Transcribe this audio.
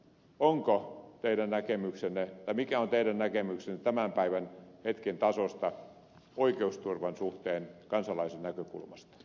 kysynkin arvoisalta ministeriltä mikä on teidän näkemyksenne tämän päivän hetken tasosta oikeusturvan suhteen kansalaisen näkökulmasta